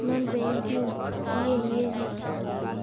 Non banking किए हिये है?